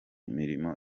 mirimo